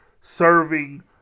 serving